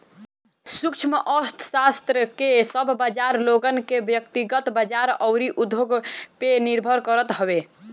सूक्ष्म अर्थशास्त्र कअ सब बाजार लोगन के व्यकतिगत बाजार अउरी उद्योग पअ निर्भर करत हवे